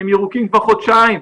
הם ירוקים כבר חודשיים,